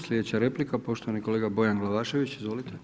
Sljedeća replika, poštovani kolega Bojan Glavašević, izvolite.